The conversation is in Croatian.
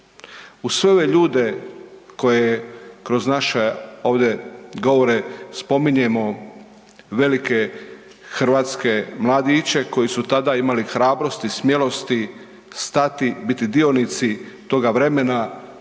Uz sve ove ljude koje kroz naša ovde govore spominjemo velike hrvatske mladiće koji su tada imali hrabrosti, smjelosti, stati, biti dionici toga vremena